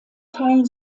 teilen